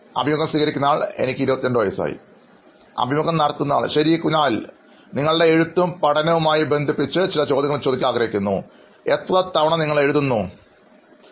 അഭിമുഖം സ്വീകരിക്കുന്നയാൾ എനിക്ക് 22 വയസ്സായി അഭിമുഖം നടത്തുന്നയാൾ ശരി കുനാൽനിങ്ങളുടെ എഴുത്തും പഠന പ്രവർത്തനവുമായി ബന്ധിപ്പിച്ച് കുറച്ചു ചോദ്യങ്ങൾ മാത്രം ചോദിക്കുന്നു എത്രതവണ നിങ്ങൾ എഴുതുന്നു എന്ന് കരുതുന്നു